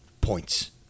points